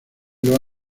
los